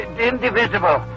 indivisible